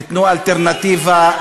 תיתנו אלטרנטיבה,